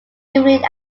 evening